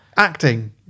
acting